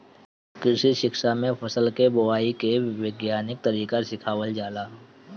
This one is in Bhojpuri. कृषि शिक्षा में फसल के बोआई के वैज्ञानिक तरीका सिखावल जाला